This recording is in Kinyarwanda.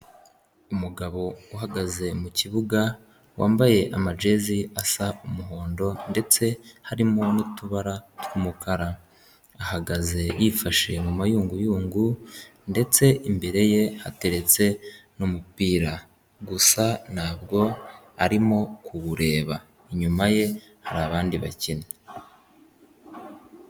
Umugabo uhagaze mu kibuga wambaye amajesi asa umuhondo ndetse harimo n'utubara tw'umukara, ahagaze yifashe mu mayunguyungu, ndetse imbere ye hateretse n'umupira, gusa ntabwo arimo kuwureba inyuma ye hari abandi bakinnyi.